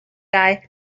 guy